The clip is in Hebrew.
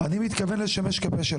אני מתכוון לשמש כפה של